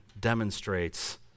demonstrates